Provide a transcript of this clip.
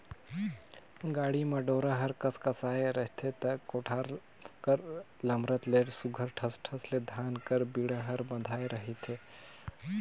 गाड़ा म डोरा हर कसकसाए रहथे ता कोठार कर लमरत ले सुग्घर ठस ठस ले धान कर बीड़ा हर बंधाए रहथे